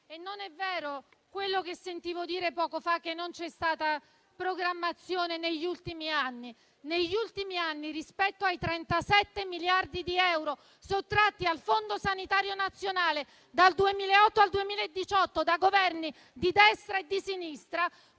E non è vero quello che sentivo dire poco fa, cioè che non c'è stata programmazione negli ultimi anni. Negli ultimi anni, rispetto ai 37 miliardi di euro sottratti al Fondo sanitario nazionale dal 2008 al 2018, da Governi di destra e di sinistra,